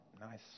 Nice